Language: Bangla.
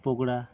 পকোড়া